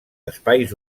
espais